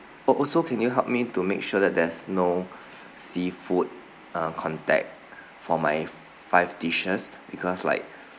oh also can you help me to make sure that there's no seafood uh contact for my five dishes because like